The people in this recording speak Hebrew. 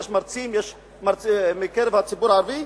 יש מרצים מקרב הציבור הערבי,